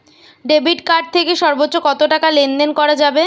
Debit card থেকে সর্বোচ্চ কত টাকা লেনদেন করা যাবে?